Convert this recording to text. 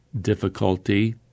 difficulty